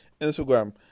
Instagram